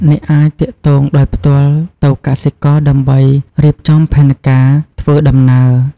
អ្នកអាចទាក់ទងដោយផ្ទាល់ទៅកសិករដើម្បីរៀបចំផែនការធ្វើដំណើរ។